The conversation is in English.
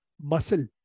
muscle